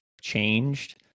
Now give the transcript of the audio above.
changed